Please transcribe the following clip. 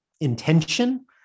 intention